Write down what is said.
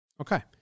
Okay